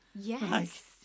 Yes